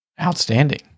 outstanding